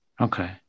Okay